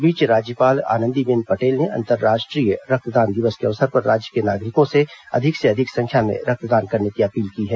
इस बीच राज्यपाल आनंदीबेन पटेल ने अंतर्राष्ट्रीय रक्तदान दिवस के अवसर पर राज्य के नागरिकों से अधिक से अधिक संख्या में रक्तदान करने की अपील की है